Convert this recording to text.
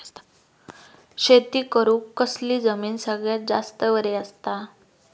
शेती करुक कसली जमीन सगळ्यात जास्त बरी असता?